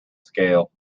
scale